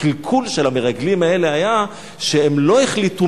הקלקול של המרגלים האלה היה שהם לא החליטו